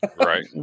right